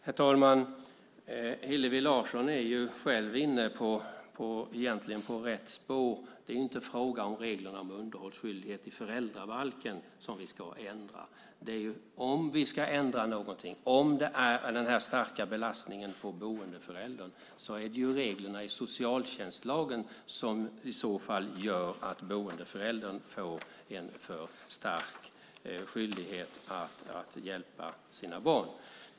Herr talman! Hillevi Larsson är själv egentligen inne på rätt spår. Det är inte fråga om att ändra reglerna om underhållsskyldighet i föräldrabalken. Om det finns en sådan stark belastning på boendeföräldern och vi därför ska ändra någonting är det reglerna i socialtjänstlagen, om de nu gör att boendeföräldern får en för stark skyldighet att hjälpa sina barn.